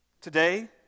Today